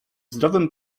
zdrowym